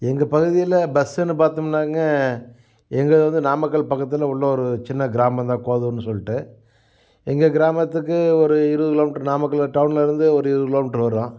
எங்கள் பகுதியில் பஸ்ஸுன்னு பார்த்தம்ன்னாங்க எங்கள் வந்து நாமக்கல் பக்கத்தில் உள்ள ஒரு சின்ன கிராமந்தான் கொளத்தூர்ன்னு சொல்லிட்டு எங்கள் கிராமத்துக்கு ஒரு இருபது கிலோ மீட்ரு நாமக்கல் டவுன்லருந்து ஒரு இருபது கிலோ மீட்ரு வரும்